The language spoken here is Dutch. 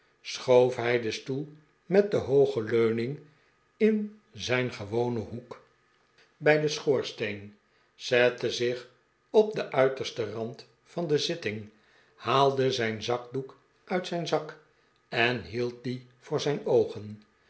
schoof hij den stoel met de hooge leuning in zijn gewonen hoek bij den schoorsteen zette zich op den uitersten rand van de zitting haalde zijn zakdoe'k uit zijn zak en hield dien voor zijn oogen